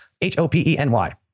H-O-P-E-N-Y